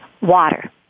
water